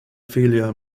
ophelia